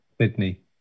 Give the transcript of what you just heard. Sydney